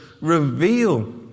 reveal